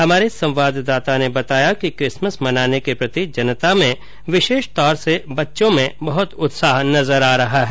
हमारे संवाददाता ने बताया कि किसमस मनाने के प्रति जनता में विशेष तौर से बच्चों में बहत उत्साह नजर आ रहा है